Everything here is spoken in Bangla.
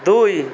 দুই